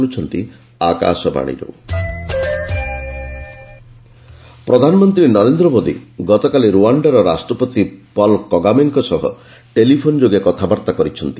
PM Rwanda ପ୍ରଧାନମନ୍ତ୍ରୀ ନରେନ୍ଦ୍ର ମୋଦୀ ଗତକାଲି ରୁଆଶ୍ଡାର ରାଷ୍ଟ୍ରପତି ପଲ୍ କଗାମେଙ୍କ ସହ ଟେଲିଫୋନ୍ ଯୋଗେ କଥାବାର୍ତ୍ତା କରିଛନ୍ତି